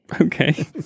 Okay